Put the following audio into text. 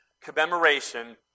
commemoration